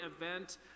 event